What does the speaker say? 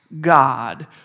God